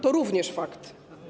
To również fakt.